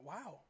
Wow